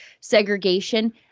segregation